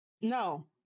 no